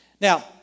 Now